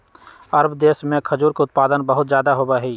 अरब देश में खजूर के उत्पादन बहुत ज्यादा होबा हई